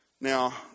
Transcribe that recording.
Now